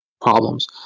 problems